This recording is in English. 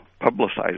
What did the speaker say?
publicized